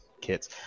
kits